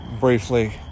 briefly